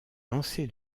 lancé